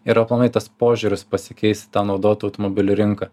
ir aplamai tas požiūris pasikeis į tą naudotų automobilių rinką